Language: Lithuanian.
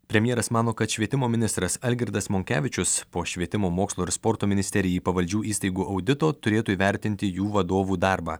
premjeras mano kad švietimo ministras algirdas monkevičius po švietimo mokslo ir sporto ministerijai pavaldžių įstaigų audito turėtų įvertinti jų vadovų darbą